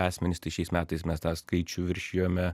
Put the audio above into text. asmenys tai šiais metais mes tą skaičių viršijome